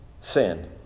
sin